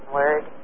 word